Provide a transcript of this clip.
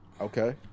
Okay